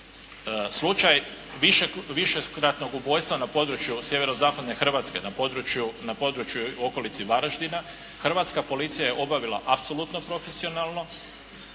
Slučaj višekratnog ubojstva na području sjeverozapadne Hrvatske, na području okolice Varaždina, Hrvatska policija je obavila apsolutno profesionalno.